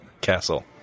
castle